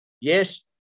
Yes